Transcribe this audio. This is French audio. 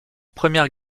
première